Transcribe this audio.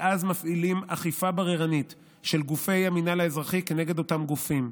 ואז מפעילים אכיפה בררנית של גופי המינהל האזרחי כנגד אותם גופים.